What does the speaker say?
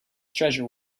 treasure